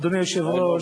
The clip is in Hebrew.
אדוני היושב-ראש,